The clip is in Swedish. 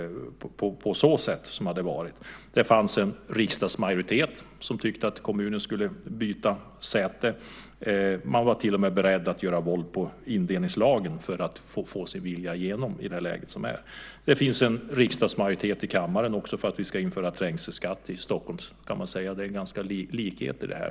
Det fanns en riksdagsmajoritet som tyckte att kommunen skulle byta säte. Man var till och med beredd att göra våld på indelningslagen för att få sin vilja igenom i det läge som var. Det finns en majoritet i riksdagens kammare för att införa trängselskatt i Stockholm. Det finns en likhet i detta.